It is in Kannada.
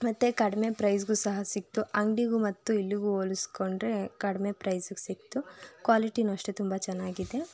ಮತ್ತು ಕಡಿಮೆ ಪ್ರೈಸ್ಗೂ ಸಹ ಸಿಗ್ತು ಅಂಗಡಿಗೂ ಮತ್ತು ಇಲ್ಲಿಗೂ ಹೋಲಿಸಿಕೊಂಡರೆ ಕಡಿಮೆ ಪ್ರೈಸ್ಗೆ ಸಿಗ್ತು ಕ್ವಾಲಿಟಿಯೂ ಅಷ್ಟೇ ತುಂಬ ಚೆನ್ನಾಗಿದೆ